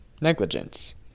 negligence